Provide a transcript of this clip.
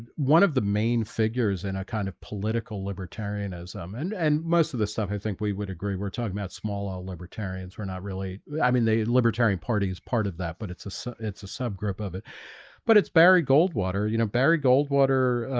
and one of the main figures in a kind of political libertarianism and and most of the stuff i think we would agree. we're talking about small ah libertarians we're not really i mean the libertarian party is part of that but it's a so it's a subgroup of it but it's barry goldwater, you know barry goldwater.